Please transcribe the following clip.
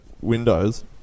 windows